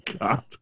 God